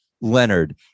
leonard